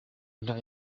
nda